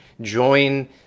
join